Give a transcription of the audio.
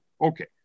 Okay